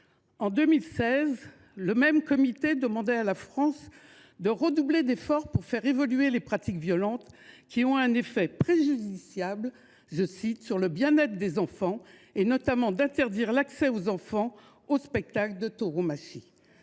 En 2016, le même comité demandait à la France de « redoubler d’efforts pour faire évoluer les traditions et les pratiques violentes qui ont un effet préjudiciable sur le bien être des enfants, et notamment d’interdire l’accès des enfants aux spectacles de tauromachie